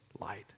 light